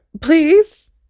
please